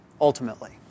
ultimately